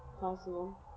possible